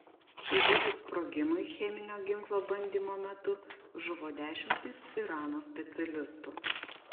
įvykus sprogimui cheminio ginklo bandymo metu žuvo dešimtys irano specialistų